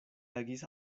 agis